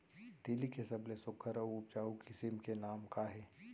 तिलि के सबले सुघ्घर अऊ उपजाऊ किसिम के नाम का हे?